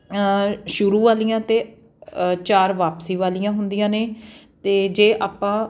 ਸ਼ੁਰੂ ਵਾਲੀਆਂ ਅਤੇ ਚਾਰ ਵਾਪਸੀ ਵਾਲੀਆਂ ਹੁੰਦੀਆਂ ਨੇ ਅਤੇ ਜੇ ਆਪਾਂ